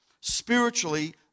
spiritually